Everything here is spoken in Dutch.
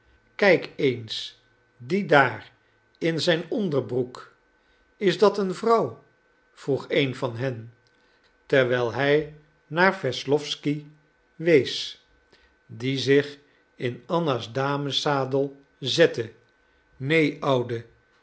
kijk eens die daar in zijn onderbroek is dat een vrouw vroeg een van hen terwijl hij naar wesslowsky wees die zich in anna's dameszadel zette neen oude